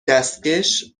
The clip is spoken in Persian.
دستکش